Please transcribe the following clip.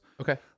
Okay